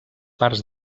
parts